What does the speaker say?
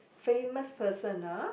famous person ah